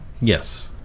Yes